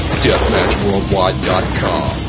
DeathmatchWorldwide.com